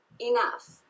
enough